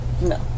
No